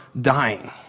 dying